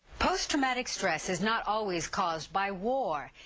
post traumatic stress is not always caused by war,